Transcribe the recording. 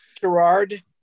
Gerard